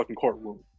courtroom